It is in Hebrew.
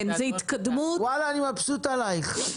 וואלה, אני מבסוט עלייך.